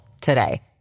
today